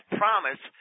promise